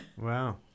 Wow